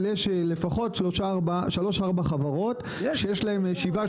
אבל יש לפחות שלוש-ארבע חברות שיש להן שבעה,